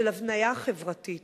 של הבניה חברתית,